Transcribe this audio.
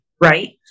right